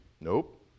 nope